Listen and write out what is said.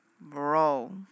bro